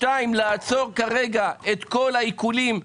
שתיים, לעצור כרגע את כל העיקולים מיידי,